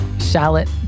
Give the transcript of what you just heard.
shallot